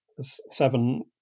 seven